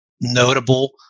notable